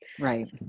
Right